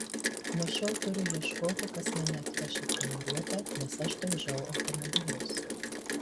nuo šiol turiu ieškoti kas mane atveš į treniruotę nes aš daužau automobilius